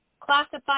classified